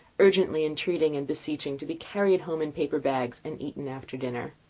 urgently entreating and beseeching to be carried home in paper bags and eaten after dinner.